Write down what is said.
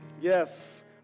Yes